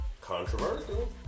Controversial